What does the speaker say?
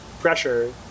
pressure